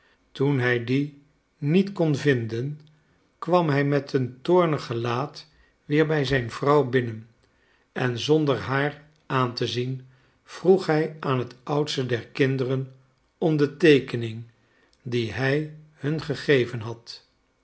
toen hij die niet kon vinden kwam hij met een toornig gelaat weer bij zijn vrouw binnen en zonder haar aan te zien vroeg hij aan het oudste der kinderen om de teekening die hij hun gegeven had